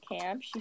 camp